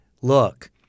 look –